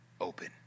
open